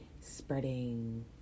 spreading